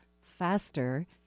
faster